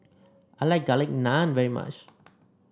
I like Garlic Naan very much